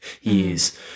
years